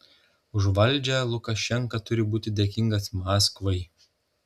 už valdžią lukašenka turi būti dėkingas maskvai